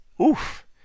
oof